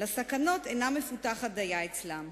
לסכנות אינה מפותחת דיה אצלם,